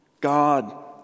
God